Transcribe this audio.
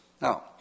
now